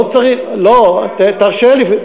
לא צריך, לא, תרשה לי.